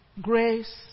grace